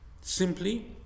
simply